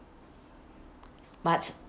but